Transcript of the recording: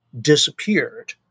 disappeared